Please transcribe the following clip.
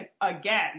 again